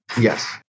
Yes